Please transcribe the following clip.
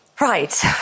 Right